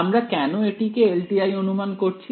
আমরা কেন এটিকে এলটিআই অনুমান করছি